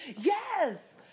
Yes